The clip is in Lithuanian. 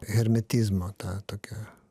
hermetizmo ta tokia